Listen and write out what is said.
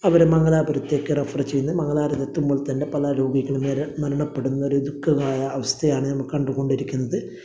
അവരെ മംഗലാപുരത്തേക്ക് റഫറ് ചെയ്യുന്നു മംഗലാപുരത്ത് എത്തുമ്പോൾ തന്നെ പല രോഗികൾ അന്നേരം മരണപ്പെടുന്നൊരു ദുഖഃമായ അവസ്ഥയാണ് നമ്മൾ കണ്ട് കൊണ്ടിരിക്കുന്നത്